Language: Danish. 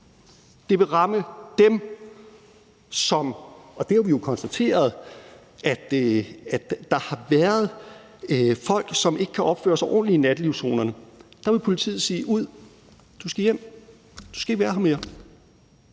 nu, I skal være med. Vi har jo konstateret, at der har været folk, som ikke kan opføre sig ordentligt i nattelivszonerne. Der vil politiet sige: Ud! Du skal hjem. Du skal ikke være her mere.